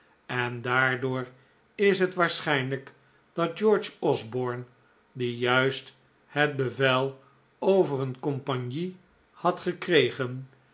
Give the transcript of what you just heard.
en daardoor is het waarschijnlijk dat george osborne die juist het bevel over een compagnie had gekregen